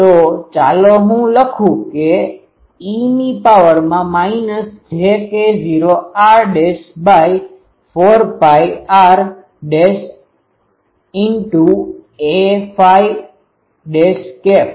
તો ચાલો હું લખું e ની પાવર માં minus j k0 r dash by 4 pi r dash into a phi dash cap